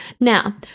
Now